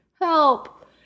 Help